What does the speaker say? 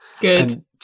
Good